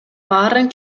баарын